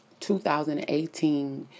2018